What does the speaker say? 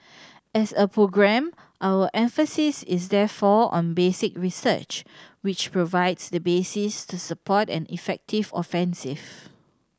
as a programme our emphasis is therefore on basic research which provides the basis to support an effective offensive